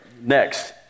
Next